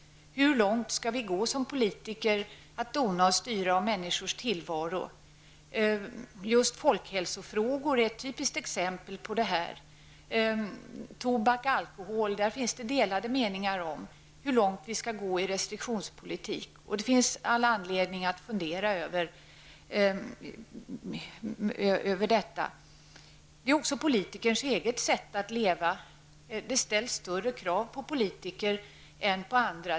Hur långt skall vi som politiker gå när det gäller att dona och styra över människors tillvaro? Just folkhälsofrågor är ett typiskt exempel på detta. Det finns delade meningar om hur långt vi skall gå i restriktionspolitik beträffande tobak och alkohol. Det finns all anledning att fundera över detta. Det handlar också om politikerns eget sätt att leva. Det ställs större krav på politiker än på andra.